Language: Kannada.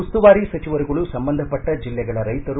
ಉಸ್ತುವಾರಿ ಸಚಿವರುಗಳು ಸಂಬಂಧಪಟ್ಟ ಜಿಲ್ಲೆಗಳ ರೈತರು